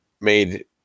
made